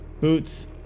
boots